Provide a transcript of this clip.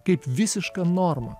kaip visiška norma